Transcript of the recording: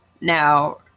now